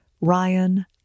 Ryan